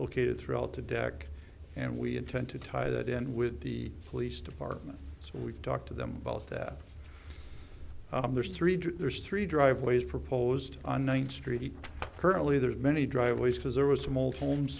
located throughout the deck and we intend to tie that in with the police department we've talked to them about that there's three there's three driveways proposed on one street currently there are many driveways because there was some old homes